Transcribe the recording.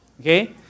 Okay